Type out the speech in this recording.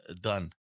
done